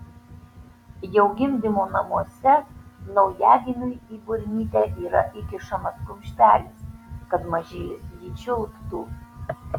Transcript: jau gimdymo namuose naujagimiui į burnytę yra įkišamas kumštelis kad mažylis jį čiulptų